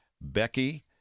Becky